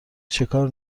چکار